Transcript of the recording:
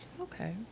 Okay